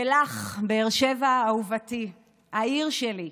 ולך, באר שבע אהובתי, העיר שלי,